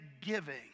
giving